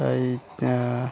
এই